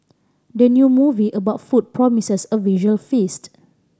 the new movie about food promises a visual feast